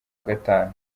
gatanu